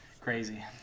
Crazy